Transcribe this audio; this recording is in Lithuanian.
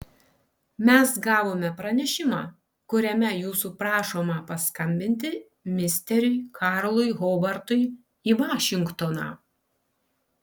mes gavome pranešimą kuriame jūsų prašoma paskambinti misteriui karlui hobartui į vašingtoną